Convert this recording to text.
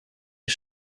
you